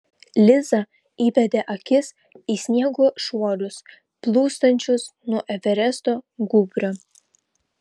liza įbedė akis į sniego šuorus plūstančius nuo everesto gūbrio